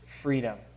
freedom